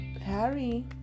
harry